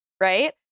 right